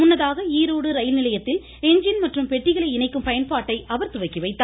முன்னதாக ஈரோடு ரயில் நிலையத்தில் எஞ்சின் மற்றும் பெட்டிகளை இணைக்கும் பயன்பாட்டை அவர் துவக்கி வைத்தார்